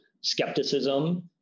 skepticism